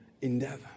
endeavor